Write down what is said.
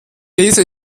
laser